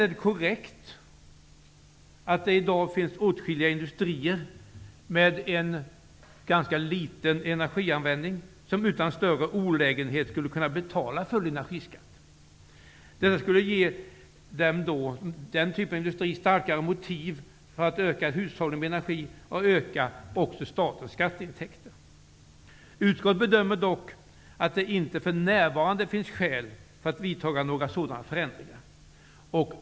Det är korrekt att det i dag finns åtskilliga industrier med en ganska liten energianvändning, som utan större olägenhet skulle kunna betala full energiskatt. Detta skulle ge dessa industrier starka motiv för ökad hushållning med energi, samtidigt som det skulle öka statens skatteintäkter. Utskottet bedömer dock att det för närvarande inte finns skäl för att genomföra några sådana förändringar.